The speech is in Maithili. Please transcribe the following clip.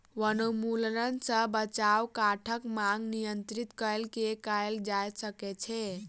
वनोन्मूलन सॅ बचाव काठक मांग नियंत्रित कय के कयल जा सकै छै